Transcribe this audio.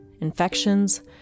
infections